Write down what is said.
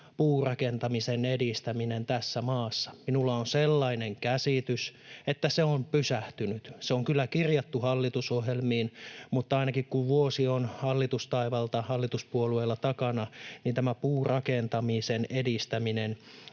puurakentamisen edistäminen tässä maassa. Minulla on sellainen käsitys, että se on pysähtynyt. Se on kyllä kirjattu hallitusohjelmiin, mutta kun vuosi on hallitustaivalta hallituspuolueilla takana, niin tästä puurakentamisen edistämisestä